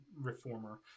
reformer